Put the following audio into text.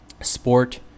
sport